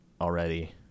already